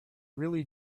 really